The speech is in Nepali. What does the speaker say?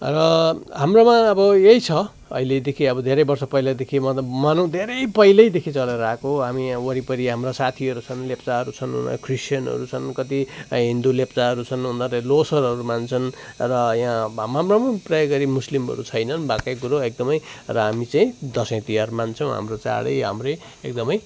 र हाम्रोमा अब यही छ अहिलेदेखि अब धेरै वर्ष पहिलादेखि मतलब मानौँ धेरै पहिल्यैदेखि चलेर आएको हामी यहाँ वरिपरि हाम्रा साथीहरू छन् लेप्चाहरू छन् क्रिस्तानहरू छन् कति हिन्दू लेप्चाहरू छन् उनीहरूले लोसरहरू मान्छन् र यहाँ हाम्रोमा पनि प्रायः गरी मुस्लिमहरू छैनन् भएकै कुरो एकदमै र हामी चाहिँ दसैँ तिहार मान्छौँ हाम्रो चाँडै हाम्रै एकदमै